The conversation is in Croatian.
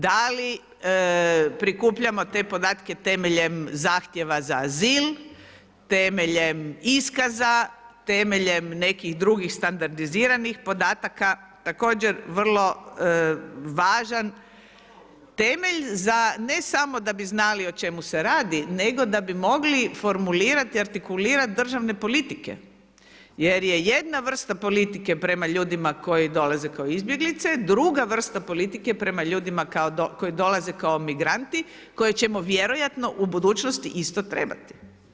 Da li prikupljamo te podatke temeljem zahtjev za azil, temeljem iskaza, temeljem nekih drugih standardiziranih podataka, također vrlo važan temelj za ne samo da bi znali o čemu se radi, nego da bi mogli formulirati i artikulirati državne politike jer je jedna vrsta politike prema ljudima koji dolaze kao izbjeglice, druga vrsta politike je prema ljudima koji dolaze kao migranti, koje ćemo vjerojatno u budućnost isto trebati.